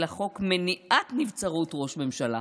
אלא "חוק מניעת נבצרות ראש ממשלה".